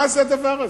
מה זה הדבר הזה?